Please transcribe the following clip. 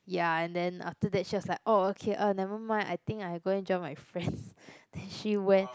ya and then after that she was like orh okay err never mind I think I going join my friends then she went